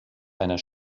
einer